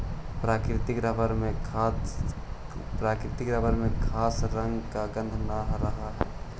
प्राकृतिक रबर में खास रंग व गन्ध न रहऽ हइ